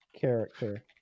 character